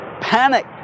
panic